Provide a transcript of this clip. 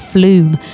Flume